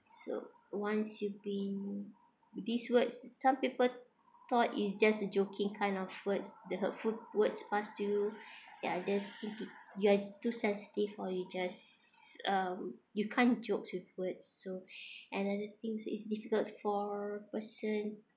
so once you've been these words some people thought is just a joking kind of words the hurtful words pass to ya just take it you're too sensitive or you just uh you can't joke words so another things it's difficult for person